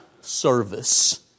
service